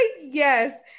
yes